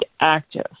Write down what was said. active